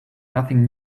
nothing